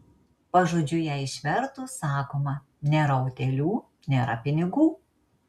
pažodžiui ją išvertus sakoma nėra utėlių nėra pinigų